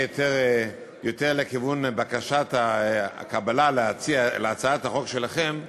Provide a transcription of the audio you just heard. יותר לכיוון בקשת הקבלה של הצעת החוק שלכם,